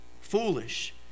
Foolish